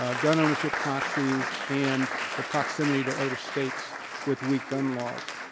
ah gun ownership proxies, and the proximity to other states with weak gun laws.